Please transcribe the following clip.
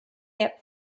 get